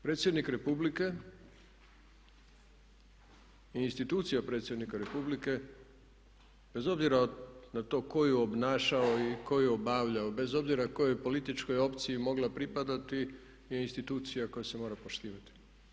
Predsjednik Republike i institucija predsjednika Republike bez obzira na to tko ju je obnašao i tko je obavlja, bez obzira kojoj političkoj opciji je mogla pripadati je institucija koja se mora poštivati.